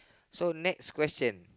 so next question